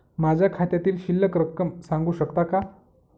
माझ्या खात्यातील शिल्लक रक्कम सांगू शकता का?